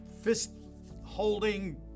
fist-holding